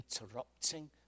interrupting